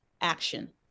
action